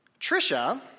Trisha